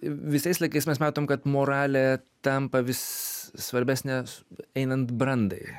visais laikais mes matom kad moralė tampa vis svarbesnė einant brandai